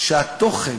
שהתוכן